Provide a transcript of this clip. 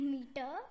Meter